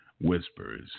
whispers